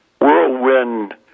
whirlwind